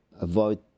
avoid